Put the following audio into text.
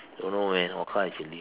don't know man what kind of chili